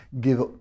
give